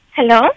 Hello